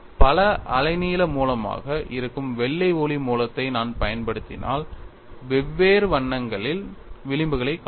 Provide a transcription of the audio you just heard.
பல அலைநீள மூலமாக இருக்கும் வெள்ளை ஒளி மூலத்தை நான் பயன்படுத்தினால் வெவ்வேறு வண்ணங்களின் விளிம்புகளைக் காண்பேன்